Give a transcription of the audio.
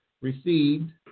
received